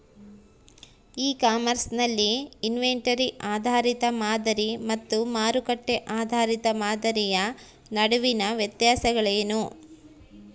E commerce ನಲ್ಲಿ inventory ಆಧಾರಿತ ಮಾದರಿ ಮತ್ತು ಮಾರುಕಟ್ಟೆ ಆಧಾರಿತ ಮಾದರಿಯ ನಡುವಿನ ವ್ಯತ್ಯಾಸಗಳೇನು?